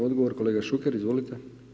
Odgovor kolega Šuker, izvolite.